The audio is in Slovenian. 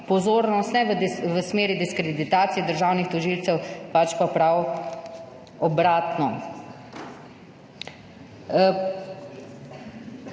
pozornost, ne v smeri diskreditacije državnih tožilcev, pač pa prav obratno.